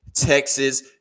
Texas